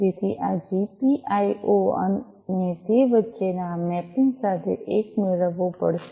તેથી આ જીપીઆઈઑ અને તે વચ્ચેના આ મેપિંગ સાથે એક મેળવવો પડશે